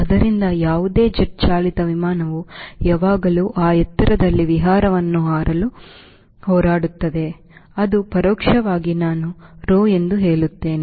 ಆದ್ದರಿಂದ ಯಾವುದೇ ಜೆಟ್ ಚಾಲಿತ ವಿಮಾನವು ಯಾವಾಗಲೂ ಆ ಎತ್ತರದಲ್ಲಿ ವಿಹಾರವನ್ನು ಹಾರಲು ಹೋರಾಡುತ್ತದೆ ಅದು ಪರೋಕ್ಷವಾಗಿ ನಾನು Rho ಹೇಳುತ್ತಿದ್ದೇನೆ